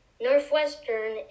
Northwestern